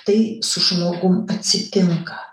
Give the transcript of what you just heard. tai su žmogum atsitinka